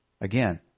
Again